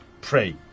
pray